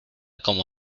como